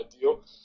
deal